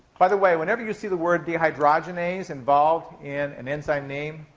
by the way, whenever you see the word dehydrogenase involved in an enzyme name,